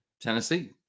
Tennessee